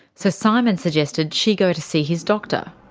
so simon suggested she go to see his doctor.